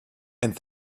and